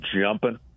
jumping